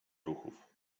ruchów